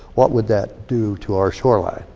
what would that do to our shoreline?